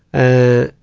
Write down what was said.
ah,